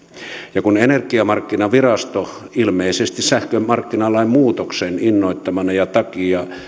ja kun energiamarkkinavirasto ilmeisesti sähkömarkkinalain muutoksen innoittamana ja sen takia